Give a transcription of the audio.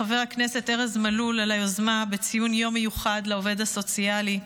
לחבר הכנסת ארז מלול על היוזמה בציון יום מיוחד לעובד הסוציאלי,